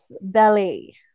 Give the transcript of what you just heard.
belly